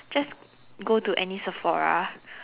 just go to any Sephora